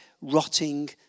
rotting